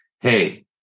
hey